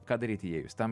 ką daryti jei jus tam